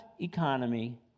economy